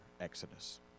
exodus